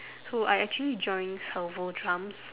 so I actually joined salvo drums